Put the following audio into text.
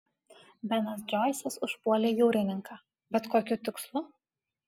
benas džoisas užpuolė jūrininką bet kokiu tikslu